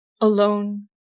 alone